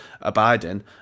abiding